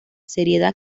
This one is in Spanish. seriedad